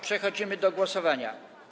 Przechodzimy do głosowania.